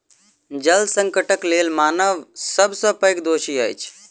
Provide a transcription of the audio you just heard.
जल संकटक लेल मानव सब सॅ पैघ दोषी अछि